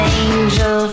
angel